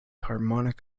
harmonic